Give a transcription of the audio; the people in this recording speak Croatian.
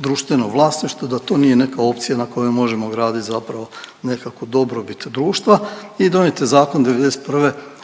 društveno vlasništvo da to nije neka opcija na kojoj možemo gradit nekakvu dobrobit društva i donijet je zakon '91.